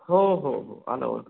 हो हो हो आलं ओळखलं